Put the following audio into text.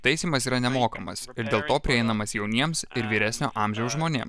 taisymas yra nemokamas ir dėl to prieinamas jauniems ir vyresnio amžiaus žmonėms